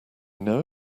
know